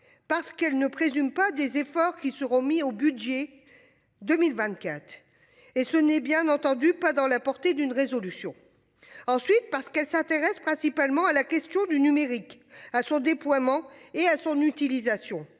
parce qu'elle ne présume pas des efforts qui seront mis au budget 2024 et ce n'est bien entendu pas dans la portée d'une résolution. Ensuite parce qu'elle s'intéresse principalement à la question du numérique à son déploiement et à son utilisation.